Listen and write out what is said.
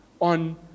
on